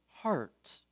heart